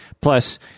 Plus